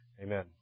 amen